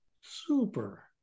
Super